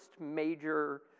major